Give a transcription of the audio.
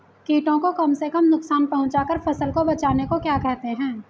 कीटों को कम से कम नुकसान पहुंचा कर फसल को बचाने को क्या कहते हैं?